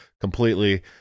Completely